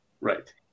Right